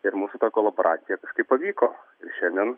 ir mūsų ta kolaboracija kažkaip pavyko ir šiandien